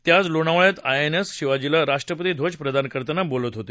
ते आज लोणावळयात आयएनएस शिवाजीला राष्ट्रपती ध्वज प्रदान करताना बोलत होते